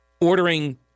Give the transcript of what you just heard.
ordering